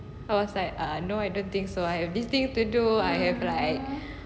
I was like no I don't think so I have this thing to do I have like